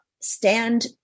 stand